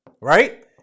right